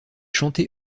chantée